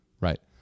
Right